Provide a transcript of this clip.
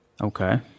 okay